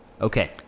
Okay